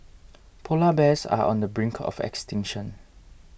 Polar Bears are on the brink of extinction